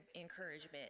encouragement